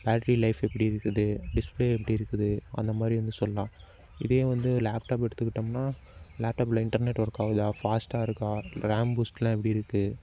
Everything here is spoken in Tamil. பேட்ரி லைஃப் எப்படி இருக்குது டிஸ்பிளே எப்படிருக்குது அந்தமாதிரி வந்து சொல்லலாம் இதே வந்து லேப்டாப் எடுத்துகிட்டோம்னால் லேப்டாப்பில் இன்டர்நெட் ஒர்க் ஆகுதா ஃபாஸ்ட்டாக இருக்கா ரேம் பூஸ்ட்டெலாம் எப்படிருக்கு